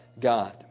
God